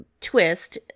twist